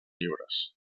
llibres